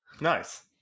Nice